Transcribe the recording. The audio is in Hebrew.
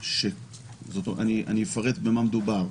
אני אפרט על מה מדובר.